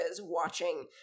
watching